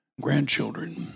grandchildren